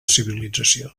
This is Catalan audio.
civilització